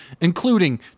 including